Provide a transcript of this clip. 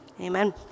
amen